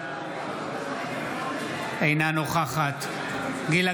אינה נוכחת גילה